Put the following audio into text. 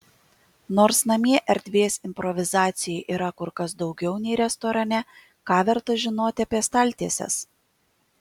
nors namie erdvės improvizacijai yra kur kas daugiau nei restorane ką verta žinoti apie staltieses